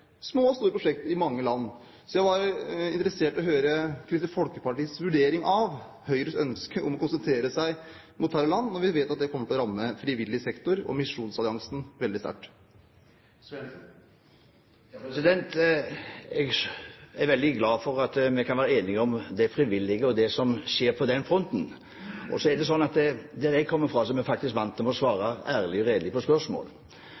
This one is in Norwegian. små og store prosjekter i mange land. Så jeg er interessert i å høre Kristelig Folkepartis vurdering av Høyres ønske om å konsentrere bistanden mot færre land når vi vet at det kommer til å ramme frivillig sektor og Misjonsalliansen veldig sterkt. Jeg er veldig glad for at vi kan være enige om det frivillige og det som skjer på den fronten. Det er slik at der jeg kommer fra, er vi faktisk vant til å svare ærlig og redelig på